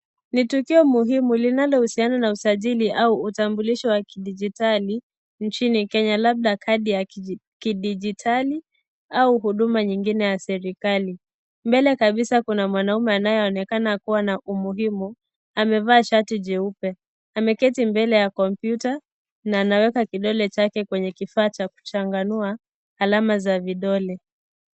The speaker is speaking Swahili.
Ni tukio muhimu linalohusiana na usajili au utambulisho wa kidijitali nchini Kenya labda kadi ya kidijitali au huduma nyingine ya serikali. Mbele kabisa kuna mwanaume anayeonekana kuwa na umuhimu, amevaa shati jeupe. Ameketi mbele ya kompyuta na anaweka kidole chake kwenye kifaa cha kuchanganua alama za vidole.